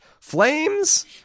Flames